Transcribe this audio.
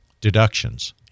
deductions